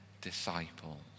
disciples